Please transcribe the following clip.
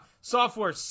software